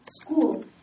school